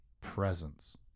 presence